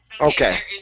Okay